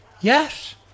Yes